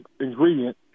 ingredient